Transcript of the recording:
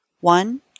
One